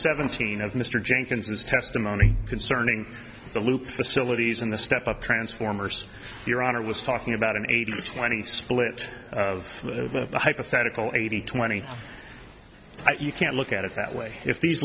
seventeen of mr jenkins testimony concerning the loop facilities in the step of transformers your honor was talking about an eighty twenty split of a hypothetical eighty twenty you can't look at it that way if these